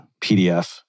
PDF